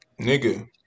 Nigga